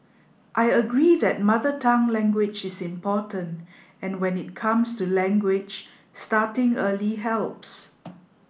I agree that Mother Tongue language is important and when it comes to language starting early helps